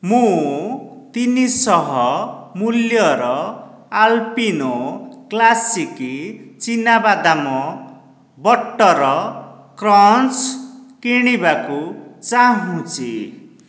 ମୁଁ ତିନିଶହ ମୂଲ୍ୟର ଆଲପିନୋ କ୍ଲାସିକ୍ ଚିନାବାଦାମ ବଟର୍ କ୍ରଞ୍ଚ କିଣିବାକୁ ଚାହୁଁଛି